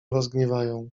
rozgniewają